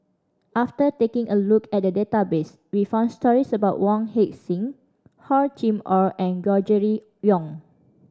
after taking a look at the database we found stories about Wong Heck Sing Hor Chim Or and Gregory Yong